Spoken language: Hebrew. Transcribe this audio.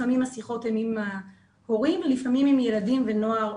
לפעמים השיחות הן עם ההורים ולפעמים עם ילדים ונוער,